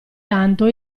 tanto